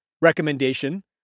recommendation